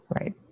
Right